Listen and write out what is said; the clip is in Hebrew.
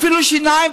אפילו שיניים,